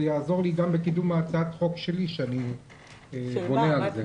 זה יעזור לי גם בקידום הצעת החוק שלי שאני בונה על זה.